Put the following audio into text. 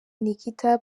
nikita